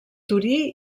torí